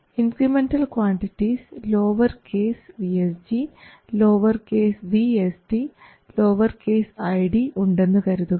incremental quantities lower case V SG lower case V SD lower case I D ഉണ്ടെന്നു കരുതുക